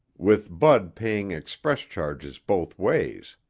with bud paying express charges both ways.